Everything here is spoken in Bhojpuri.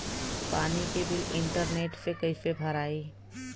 पानी के बिल इंटरनेट से कइसे भराई?